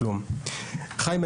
חיים,